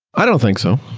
i don't think so.